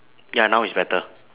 ya now is better